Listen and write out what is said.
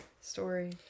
story